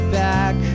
back